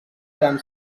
gran